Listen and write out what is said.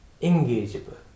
engageable